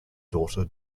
daughter